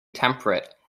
temperate